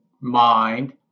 mind